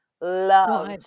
love